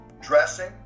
dressing